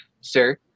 sir